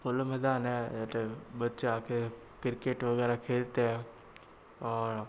खुला मैदान है बच्चे आकर क्रिकेट वगैरह खेलते हैं और